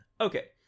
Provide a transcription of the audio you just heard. okay